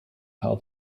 how